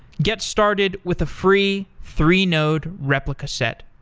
get started with a free three-node replica set,